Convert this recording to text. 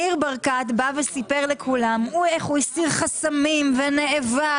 ניר ברקת בא וסיפר לכולם איך הוא הסיר חסמים ונאבק